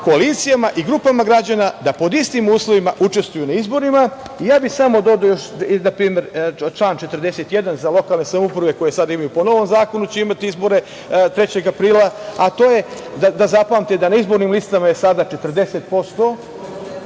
koalicijama i grupama građana da pod istim uslovima učestvuju na izborima. Ja bih samo dodao još na primer član 41. za lokalne samouprave, koje sada imaju… Po novom zakonu će imati izbore 3. aprila, a to je, da zapamtite, na izbornim listama je sada 40%